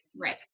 Right